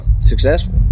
successful